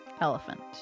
Elephant